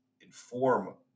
inform